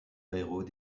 héros